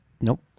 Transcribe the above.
Nope